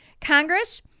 Congress